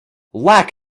lack